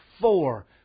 four